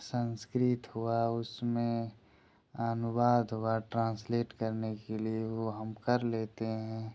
संस्कृत हुआ उसमें अनुवाद हुआ ट्रांसलेट करने के लिए वो हम कर लेते हैं